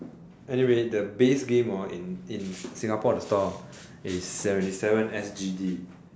anyway the base game in in the Singapore the store is seventy seven S_G_D